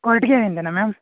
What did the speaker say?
ಕೊರ್ಟಗೆರೆಯಿಂದನಾ ma'am